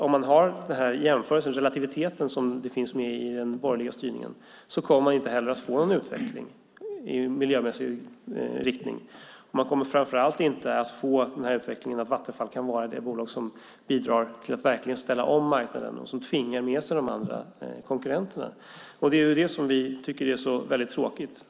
Om man har den här jämförelsen, relativiteten, som finns med i den borgerliga styrningen kommer man inte heller att få någon utveckling i miljömässig riktning. Man kommer framför allt inte att få utvecklingen att Vattenfall kan bli det bolag som bidrar till att verkligen ställa om marknaden och som tvingar med sig de andra konkurrenterna. Det är det som vi tycker är så väldigt tråkigt.